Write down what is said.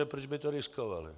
Proč by to riskovali?